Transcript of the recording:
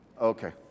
Okay